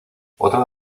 otra